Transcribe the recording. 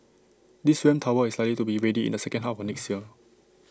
this ramp tower is likely to be ready in the second half of next year